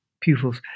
pupils